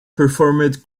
performed